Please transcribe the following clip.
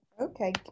Okay